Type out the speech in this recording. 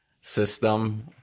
system